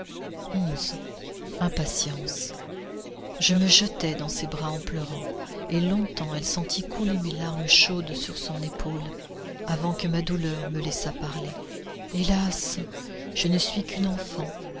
impatience je me jetai dans ses bras en pleurant et longtemps elle sentit couler mes larmes chaudes sur son épaule avant que ma douleur me laissât parler hélas je ne suis qu'une enfant